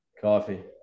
Coffee